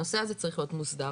הנושא הזה צריך להיות מוסדר.